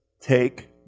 take